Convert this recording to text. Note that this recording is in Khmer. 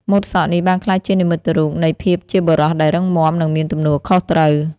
ម៉ូតសក់នេះបានក្លាយជានិមិត្តរូបនៃភាពជាបុរសដែលរឹងមាំ និងមានទំនួលខុសត្រូវ។